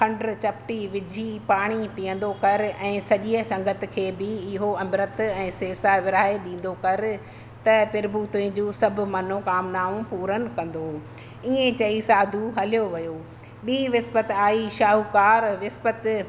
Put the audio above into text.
खंड चपुटी विझी पाणी पीअंदो कर ऐं सॼीअ संगति खे बि इहो अंबृत ऐं सेसा विराहे ॾींदो कर त प्रभु तुंहिंजो सभु मनोकामनाऊं पूरनि कंदो ईअं चई साधु हलियो वियो ॿी विसपति आई शाहूकारु विसपति